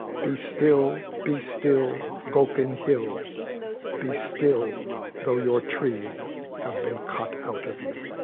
be still, be still, goken hill be still though your trees have been cut out of you